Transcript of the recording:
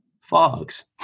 fogs